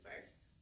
first